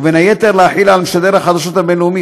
ובין היתר להחיל על משדר החדשות הבין-לאומי